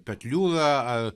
petliūra ar